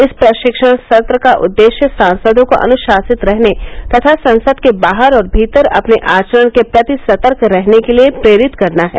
इस प्रशिक्षण सत्र का उद्देश्य सांसदों को अनुशासित रहने तथा संसद के बाहर और भीतर अपने आचरण के प्रति सतर्क रहने के लिए प्रेरित करना है